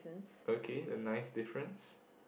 okay a nice difference